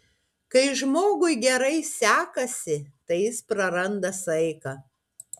kai žmogui gerai sekasi tai jis praranda saiką